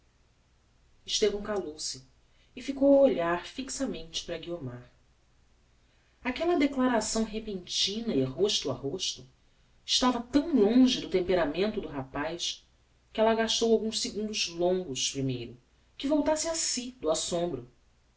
apagará estevão calou-se e ficou a olhar fixamente para guiomar aquella declaração repentina e rosto a rosto estava tão longe do temperamento do rapaz que ella gastou alguns segundos longos primeiro que voltasse a si do assombro